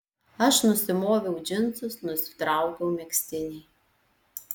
aš nusimoviau džinsus nusitraukiau megztinį